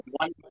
one